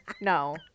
No